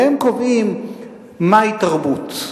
והם קובעים מהי תרבות.